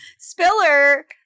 Spiller